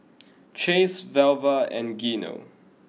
Chase Velva and Gino